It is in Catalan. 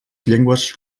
llengües